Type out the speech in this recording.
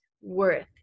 worth